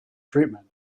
treatment